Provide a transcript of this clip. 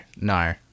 no